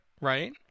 right